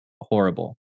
horrible